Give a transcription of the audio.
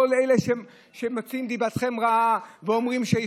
כל אלה שמוציאים דיבתכם רעה ואומרים שיש.